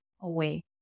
away